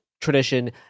tradition